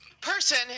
Person